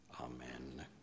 Amen